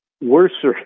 worse